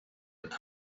and